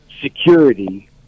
security